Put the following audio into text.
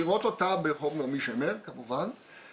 אותה ברחוב נעמי שמר כמובן,